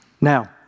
Now